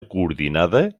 coordinada